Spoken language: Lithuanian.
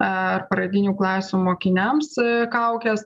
ar pradinių klasių mokiniams kaukės